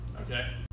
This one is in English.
Okay